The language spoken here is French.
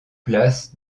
place